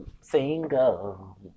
single